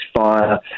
fire